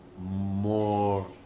more